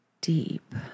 deep